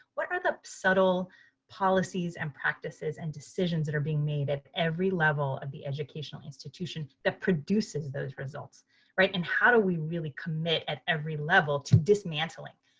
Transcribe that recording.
what are the subtle policies and practices and decisions that are being made at every level of the educational institution that produces those results right? and how do we commit at every level to dismantling